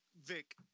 Vic